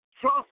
Trust